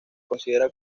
considera